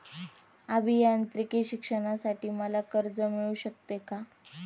अभियांत्रिकी शिक्षणासाठी मला कर्ज मिळू शकते का?